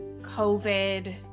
COVID